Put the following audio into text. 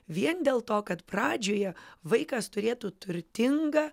vien dėl to kad pradžioje vaikas turėtų turtingą